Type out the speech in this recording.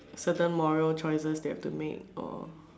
certain moral choices they have to make or